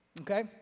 Okay